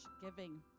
giving